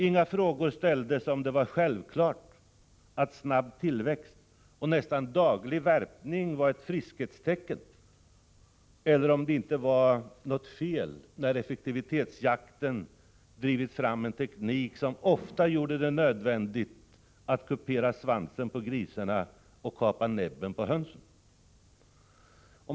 Det frågades inte om det var självklart att snabb tillväxt och nästan daglig värpning är friskhetstecken eller om det inte var något fel när effektivitetsjakten drivit fram en teknik som ofta gjorde det nödvändigt att kupera svansen på grisarna och kapa näbben på hönsen.